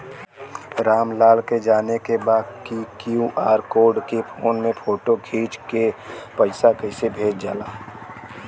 राम लाल के जाने के बा की क्यू.आर कोड के फोन में फोटो खींच के पैसा कैसे भेजे जाला?